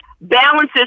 balances